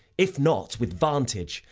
if not with vantage,